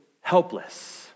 Helpless